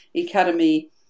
Academy